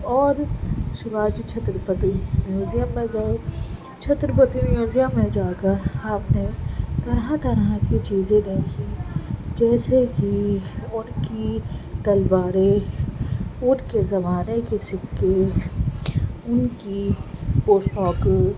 اور شواجی چھترپتی میوزیم میں گئے چھترپتی میوزیم میں جا کر ہم نے طرح طرح کی چیزیں دیکھی جیسے کہ ان کی تلواریں ان کے زمانے کے سکے ان کی پوشاکیں